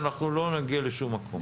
אנחנו לא נגיע לשום מקום.